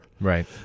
Right